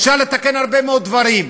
אפשר לתקן הרבה מאוד דברים,